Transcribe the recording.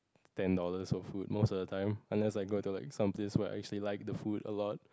ten dollars of food most of the time unless I go to like someplace where I actually like the food a lot